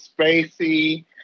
Spacey